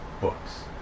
books